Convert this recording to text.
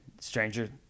Stranger